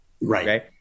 Right